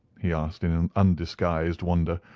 he asked in and undisguised wonder,